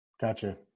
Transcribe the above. Gotcha